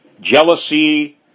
jealousy